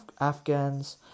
Afghans